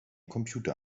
computer